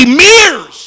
mirrors